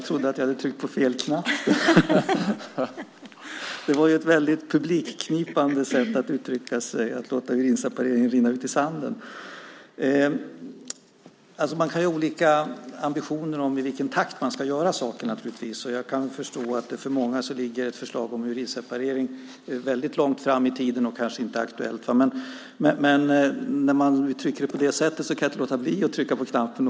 Fru talman! Det var ett publikfriande sätt att uttrycka sig på - att låta urinsepareringen "rinna ut i sanden". Man kan naturligtvis ha olika ambitioner för i vilken takt man ska göra saker. Jag kan förstå att för många ligger ett förslag om urinseparering långt fram i tiden och känns inte aktuellt. Men när du uttrycker det på det sättet kan jag inte låta bli att begära replik.